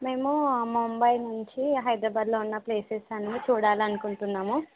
మేము ముంబై నుంచి హైద్రాబాద్లో ఉన్న ప్లేసెసన్నీ చూడాలనుకుంటున్నాము